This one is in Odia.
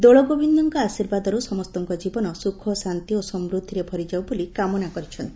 ଦୋଳଗୋବିନ୍ଦଙ୍କ ଆଶୀର୍ବାଦରୁ ସମସ୍ତଙ୍କ ଜୀବନ ସୁଖଶାନ୍ତି ଓ ସମୃଦ୍ଧିରେ ଭରିଯାଉ ବୋଲି କାମନା କରିଛନ୍ତି